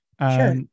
Sure